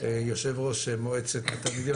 יו"ר מועצת התלמידים.